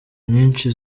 nyinshi